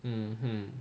mmhmm